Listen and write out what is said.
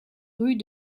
rues